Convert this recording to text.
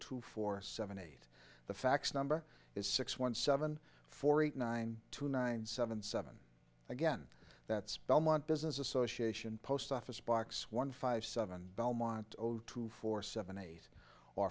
to four seven eight the fax number is six one seven four eight nine two nine seven seven again that's belmont business association post office box one five seven belmont over two four seven eight or